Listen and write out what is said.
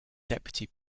deputy